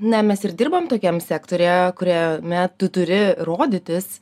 na mes ir dirbame tokiam sektoriuje kuriame tu turi rodytis